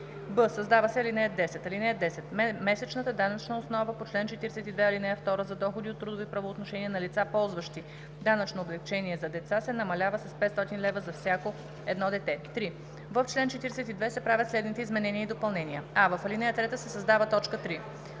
б) създава се ал. 10: „(10) Месечната данъчна основа по чл. 42, ал. 2 за доходи от трудови правоотношения на лица, ползващи данъчно облекчение за деца, се намалява с 500 лв. за всяко едно дете.“ 3. В чл. 42 се правят следните изменения и допълнения: а) в ал. 3 се създава т. 3: